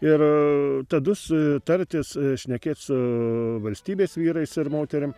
ir tadus tartis šnekėt su valstybės vyrais ir moterim